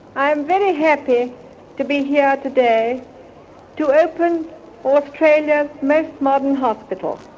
i am very happy to be here today to open australia's most modern hospital.